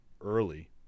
early